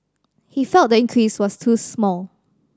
he felt the increase was too small